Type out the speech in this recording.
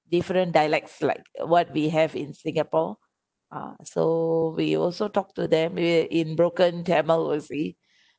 different dialects like what we have in singapore uh so we also talked to them in broken tamil you see